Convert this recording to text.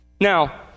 Now